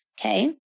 okay